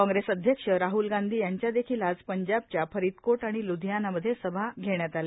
कांग्रेस अध्यक्ष राहल गांधी यांच्या देखील आज पंजाबच्या फरीदकोट आणि लुधियाना मध्ये सभा घेण्यात आल्या